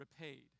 repaid